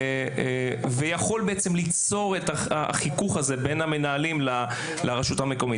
שיכול ליצור את החיכוך הזה בין המנהלים לבין הרשות המקומית.